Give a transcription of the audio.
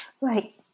Right